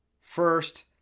first